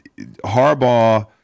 harbaugh